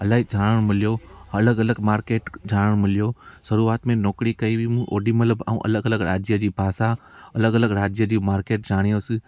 इलाही ॼाणण मिलियो अलॻि अलॻि मार्किट ॼाणण मिलियो शुरूआत में नौकिरी कई हुई मूं ओॾीमहिल मां अलॻि अलॻि राज्य जी भाषा अलॻि अलॻि राज्य जी मार्किट ॼाणियोसि